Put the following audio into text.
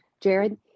Jared